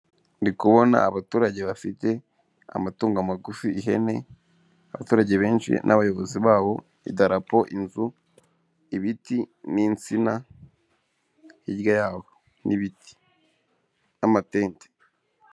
Ndi kubona abaturage bafite amatungo magufi, ihene, abaturage benshi n'abayobozi babo, idarapo, inzu, ibiti n'insina, hirya yaho n'ibiti n'amatente.